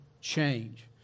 change